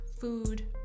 food